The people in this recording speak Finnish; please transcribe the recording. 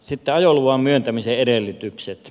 sitten ajoluvan myöntämisen edellytykset